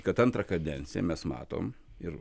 kad antrą kadenciją mes matom ir